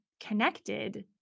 connected